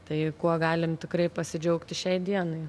tai kuo galim tikrai pasidžiaugti šiai dienai